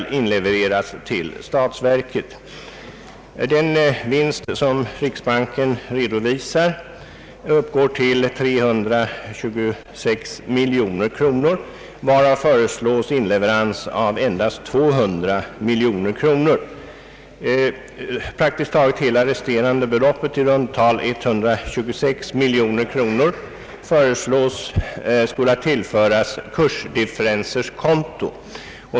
Riksbankens redovisade nettovinst för år 1969 uppgår till 326 884 470 kronor 23 öre, varav föreslås inleverans av endast 200 miljoner kronor. Praktiskt taget hela det resterande beloppet, drygt 126 miljoner kronor, föreslås skola tillföras kursdifferenskontot.